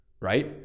Right